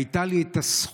היו לי הזכות